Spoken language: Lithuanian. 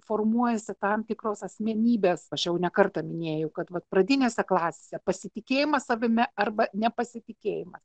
formuojasi tam tikros asmenybės aš jau ne kartą minėjau kad vat pradinėse klasėse pasitikėjimas savimi arba nepasitikėjimas